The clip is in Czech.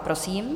Prosím.